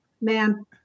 Man